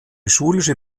schulische